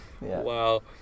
Wow